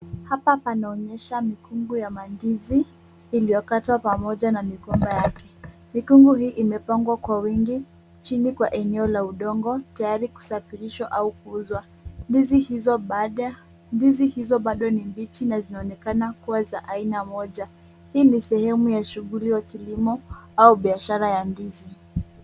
Hapa panaonyesha mikungu ya mandizi iliyokatwa pamoja na migomba yake. Mikungu hii imepangwa kwa wingi chini kwa eneo la udongo tayari kusafirishwa au kuuzwa. Ndizi hizo bado ni mbichi na zinaonekana kuwa za aina moja. Hii ni sehemu ya shughuli ya kilimo au biashara ya ndizi.